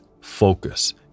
focus